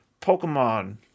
Pokemon